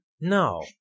No